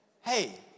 Hey